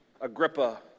Agrippa